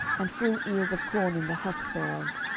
and full ears of corn in the husk thereof.